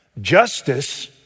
Justice